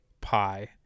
Pi